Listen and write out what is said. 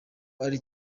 ari